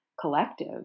collective